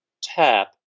tap